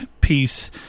piece